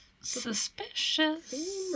Suspicious